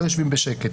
לא יושבים בשקט.